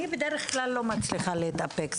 אני בדרך כלל לא מצליחה להתאפק,